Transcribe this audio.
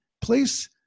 place